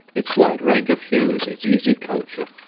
its wide range of hues, its easy culture,